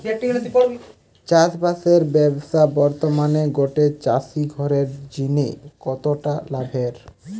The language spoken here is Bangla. চাষবাসের ব্যাবসা বর্তমানে গটে চাষি ঘরের জিনে কতটা লাভের?